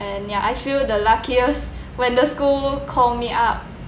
and ya I feel the luckiest when the school call me up